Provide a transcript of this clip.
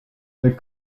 the